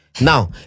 Now